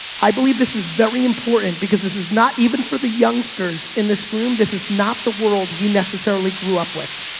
i believe this is very important because this is not even for the youngsters in this room. this is not the world we necessarily grew up with.